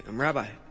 um rabbi,